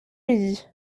midi